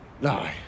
No